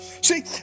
see